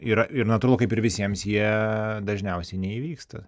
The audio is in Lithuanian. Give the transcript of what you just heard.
yra ir natūralu kaip ir visiems jie dažniausiai neįvyksta